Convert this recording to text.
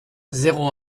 zéro